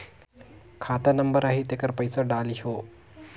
खाता नंबर आही तेकर पइसा डलहीओ?